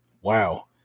Wow